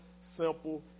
simple